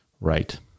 Right